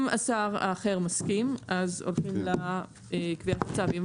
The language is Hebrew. אם השר האחר מסכים, אז הולכים לקביעת הצו.